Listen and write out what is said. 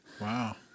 Wow